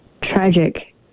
tragic